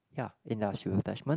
ya industrial attachment